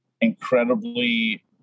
incredibly